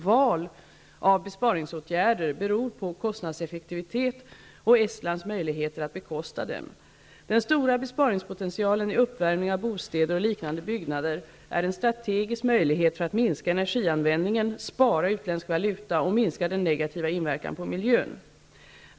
Val av besparingsåtgärder beror på kostnadseffektivitet och Estlands möjligheter att bekosta dem. Den stora besparingspotentialen i uppvärmning av bostäder och liknande byggnader är en strategisk möjlighet för att minska energianvändningen, spara utländsk valuta och minska den negativa inverkan på miljön.